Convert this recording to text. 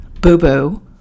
Boo-boo